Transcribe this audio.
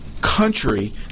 country